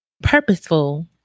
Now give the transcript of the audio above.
purposeful